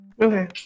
Okay